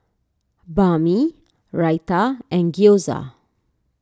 Banh Mi Raita and Gyoza